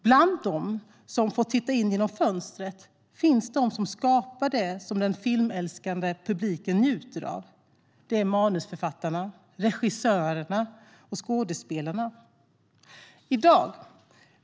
Bland dem som har fått titta in genom fönstret finns de som skapar det som den filmälskande publiken njuter av. Det är manusförfattarna, regissörerna och skådespelarna.